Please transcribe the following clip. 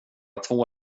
två